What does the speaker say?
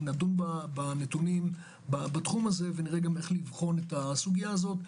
נדון בנתונים בתחום ונראה איך לבחון את הסוגיה הזאת.